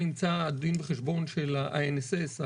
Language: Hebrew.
נמצא דין וחשבון של ה- NSS ,